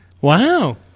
Wow